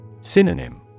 Synonym